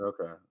Okay